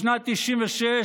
בשנת 1996,